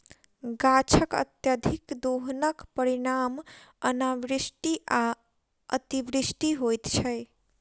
गाछकअत्यधिक दोहनक परिणाम अनावृष्टि आ अतिवृष्टि होइत छै